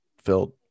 filled